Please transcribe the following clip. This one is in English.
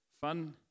fun